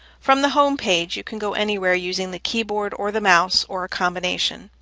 from the home page, you can go anywhere using the keyboard or the mouse or a combination.